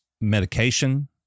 medication